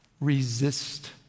resist